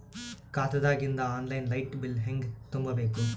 ಖಾತಾದಾಗಿಂದ online light bill ಹೇಂಗ ತುಂಬಾ ಬೇಕು?